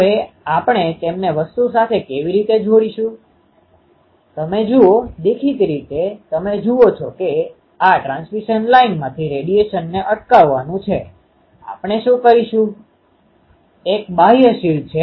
તેથી આ વસ્તુ ફક્ત કેટલીક વખત નોન રેઝોનન્સ પ્રકારનાં ડાયપોલના ટર્મિનલ પ્રવાહો જેઓ અહીં છે અથવા આ મહત્તમ પ્રવાહ જે તેમના કિસ્સામાં ફીડ પોઇન્ટ પર થાય છે